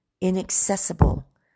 inaccessible